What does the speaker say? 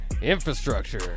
infrastructure